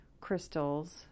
crystals